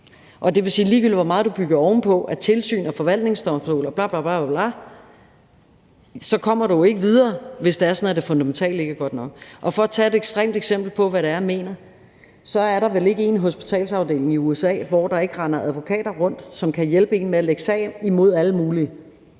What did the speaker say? Det vil sige, at ligegyldigt hvor meget du bygger ovenpå af tilsyn, forvaltningsdomstol og bla bla bla, kommer du ikke videre, hvis det er sådan, at det fundamentale ikke er godt nok. For at tage et ekstremt eksempel på, hvad det er, jeg mener, vil jeg sige, at der vel ikke er en hospitalsafdeling i USA, hvor der ikke render advokater rundt, som kan hjælpe en med at anlægge sag mod alle mulige,